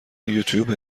یوتوب